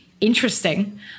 interesting